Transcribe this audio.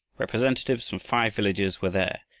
representatives from five villages were there,